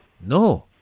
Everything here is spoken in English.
No